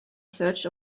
search